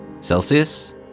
celsius